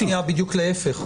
סליחה, בדיוק להפך.